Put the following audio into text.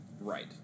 Right